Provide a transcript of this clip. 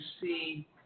see